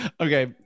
Okay